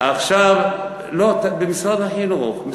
עכשיו, עכשיו, לא, במשרד החינוך.